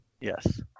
Yes